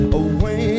away